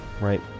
right